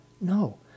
No